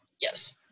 Yes